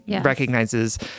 recognizes